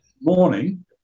morning